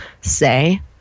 say